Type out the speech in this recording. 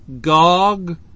Gog